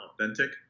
authentic